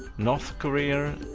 north korea,